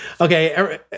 Okay